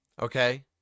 okay